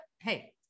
Hey